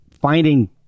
finding